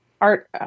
art